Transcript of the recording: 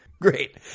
Great